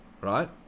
right